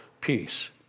peace